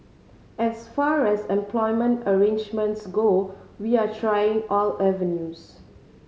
as far as employment arrangements go we are trying all avenues